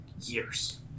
years